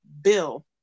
bill